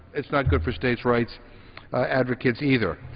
it's not good for states' rights advocates either.